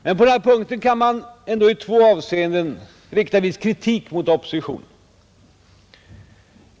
Men på den här punkten kan man ändå i två avseenden rikta viss kritik mot oppositionen.